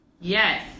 Yes